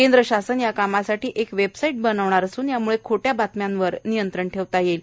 केंद्रशासन या कामासाठी एक वेबसाईट बनवणार असून यामुळे खोट्या बातम्यांवर नियंत्रण ठेवता येणार आहे